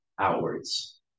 outwards